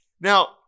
Now